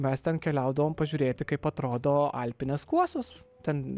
mes ten keliaudavom pažiūrėti kaip atrodo alpinės kuosos ten